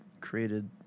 created